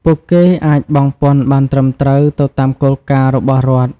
ពួកគេអាចបង់ពន្ធបានត្រឹមត្រូវទៅតាមគោលការណ៍របស់រដ្ឋ។